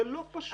זה לא פשוט.